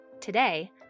Today